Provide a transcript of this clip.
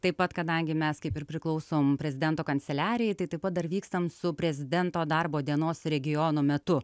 taip pat kadangi mes kaip ir priklausom prezidento kanceliarijai tai taip pat dar vykstam su prezidento darbo dienos regiono metu